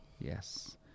yes